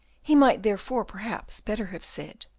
he might therefore perhaps better have said,